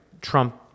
Trump